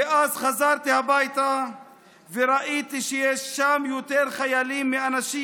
ואז חזרתי הביתה וראיתי שיש שם יותר חיילים מאנשים.